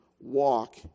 walk